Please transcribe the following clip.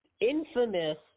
infamous